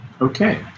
Okay